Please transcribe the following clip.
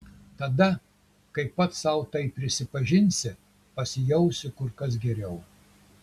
tada kai pats sau tai prisipažinsi pasijausi kur kas geriau